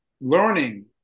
learning